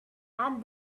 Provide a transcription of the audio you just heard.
and